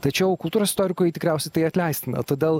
tačiau kultūros istorikui tikriausiai tai atleistina todėl